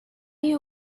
you